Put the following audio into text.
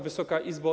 Wysoka Izbo!